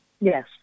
Yes